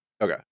Okay